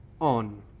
on